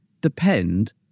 depend